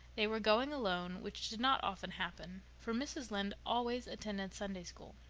they were going alone, which did not often happen, for mrs. lynde always attended sunday school.